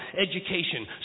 education